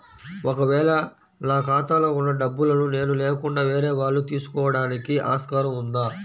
ఒక వేళ నా ఖాతాలో వున్న డబ్బులను నేను లేకుండా వేరే వాళ్ళు తీసుకోవడానికి ఆస్కారం ఉందా?